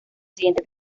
siguiente